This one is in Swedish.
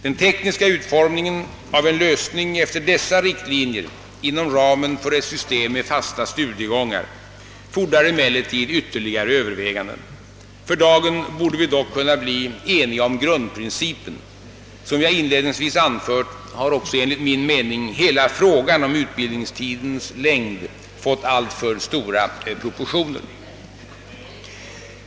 Den tekniska utformningen av en lösning efter dessa riktlinjer inom ramen för ett sys tem med fasta studiegångar fordrar emellertid ytterligare överväganden. För dagen borde vi dock kunna bli eniga om grundprincipen. Som jag inledningsvis anfört har också enligt min mening hela frågan om utbildningstidens längd fått alltför stora proportioner.